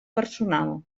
personal